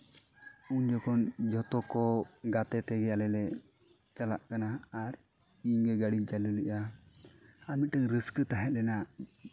ᱩᱱ ᱡᱚᱠᱷᱚᱱ ᱡᱚᱛᱚ ᱠᱚ ᱜᱟᱛᱮ ᱛᱮᱜᱮ ᱟᱞᱮ ᱞᱮ ᱪᱟᱞᱟᱜ ᱠᱟᱱᱟ ᱟᱨ ᱤᱧ ᱜᱮ ᱜᱟᱹᱲᱤᱧ ᱪᱟᱹᱞᱩ ᱞᱮᱜᱼᱟ ᱟᱨ ᱢᱤᱫᱴᱮᱱ ᱨᱟᱹᱥᱠᱟᱹ ᱛᱟᱦᱮᱸ ᱞᱮᱱᱟ